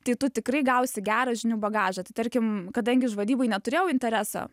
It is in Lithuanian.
tai tu tikrai gausi gerą žinių bagažą tai tarkim kadangi aš vadyboj neturėjau intereso